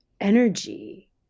energy